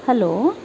hello